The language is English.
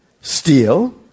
Steal